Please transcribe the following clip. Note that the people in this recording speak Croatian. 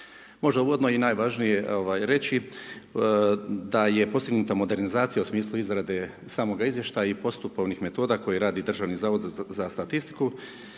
Možda uvodno i najvažnije reći da je postignuta modernizacija u smislu izrade samog izvještaja i postupovnih metoda koje radi DZSS pa je u tom u